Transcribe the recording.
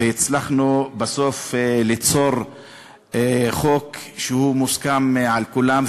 והצלחנו בסוף ליצור חוק שמוסכם על כולם,